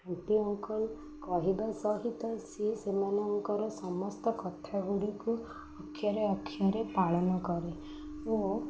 anti uncle କହିବା ସହିତ ସିଏ ସେମାନଙ୍କର ସମସ୍ତ କଥା ଗୁଡ଼ିକୁ ଅକ୍ଷରେ ଅକ୍ଷରେ ପାଳନ କରେ ଓ